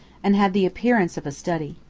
and had the appearance of a study.